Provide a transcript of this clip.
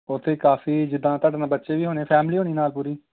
ਉੱਥੇ ਕਾਫ਼ੀ ਜਿੱਦਾਂ ਤੁਹਾਡੇ ਨਾਲ ਬੱਚੇ ਵੀ ਹੋਣੇ ਫੈਮਲੀ ਹੋਣੀ ਨਾਲ ਪੂਰੀ